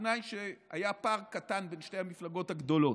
בתנאי שהיה פער קטן בין שתי המפלגות הגדולות,